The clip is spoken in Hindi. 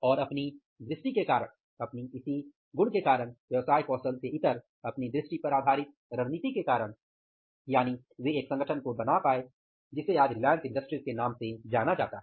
और अपनी दृष्टि के कारण व्यवसाय कौशल से इतर अपनी दृष्टि पर आधारित रणनीति के कारण अर्थात वे एक संगठन को बना पाए जिसे आज रिलायंस इंडस्ट्रीज के नाम से जाना जाता है